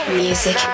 music